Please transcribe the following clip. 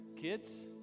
kids